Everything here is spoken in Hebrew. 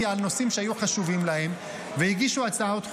על נושאים שהיו חשובים להם והגישו הצעות חוק,